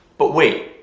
but wait,